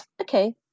okay